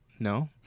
No